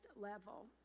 level